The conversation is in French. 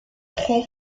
très